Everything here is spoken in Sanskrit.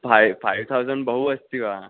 फ़ै फ़ै थौसण्ड् बहु अस्ति वा